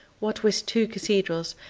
what with two cathedrals,